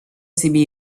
себе